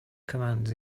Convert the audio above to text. commands